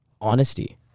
honesty